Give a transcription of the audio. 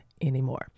anymore